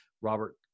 Robert